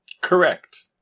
Correct